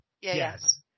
Yes